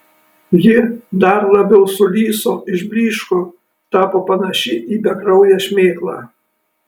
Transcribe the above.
ji dar labiau sulyso išblyško tapo panaši į bekrauję šmėklą